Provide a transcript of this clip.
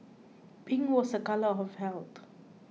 pink was a colour of health